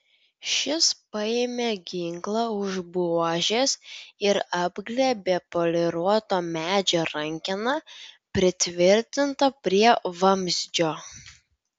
šis paėmė ginklą už buožės ir apglėbė poliruoto medžio rankeną pritvirtintą prie vamzdžio